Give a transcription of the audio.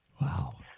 Wow